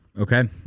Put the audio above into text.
Okay